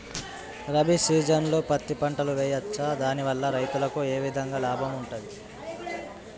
రబీ సీజన్లో పత్తి పంటలు వేయచ్చా దాని వల్ల రైతులకు ఏ విధంగా లాభం ఉంటది?